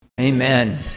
Amen